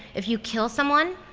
if you kill someone,